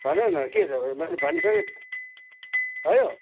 भन न के छ मैले भनिसकेँ त भयो